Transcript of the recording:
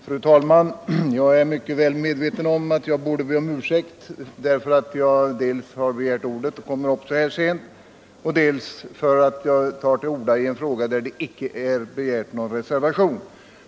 Fru talman! Jag är mycket väl medveten om att jag borde be om ursäkt dels för att jag kommer upp så här sent, dels för att jag tar till orda i en fråga där det inte finns någon reservation.